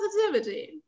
positivity